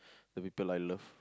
the people I love